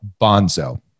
Bonzo